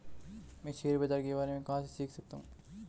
मैं शेयर बाज़ार के बारे में कहाँ से सीख सकता हूँ?